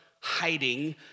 hiding